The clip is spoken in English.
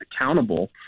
accountable